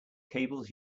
cables